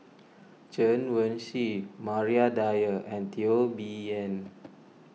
Chen Wen Hsi Maria Dyer and Teo Bee Yen